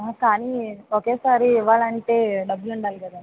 కానీ ఒకేసారి ఇవ్వాలంటే డబ్బులు ఉండాలి కదా అండి